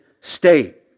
state